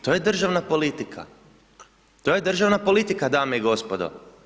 To je državna politika, to je državna politika dame i gospodo.